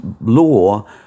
law